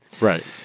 Right